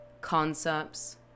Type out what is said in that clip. concepts